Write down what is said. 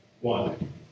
one